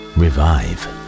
revive